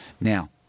Now